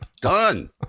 Done